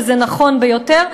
וזה נכון ביותר,